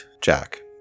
Jack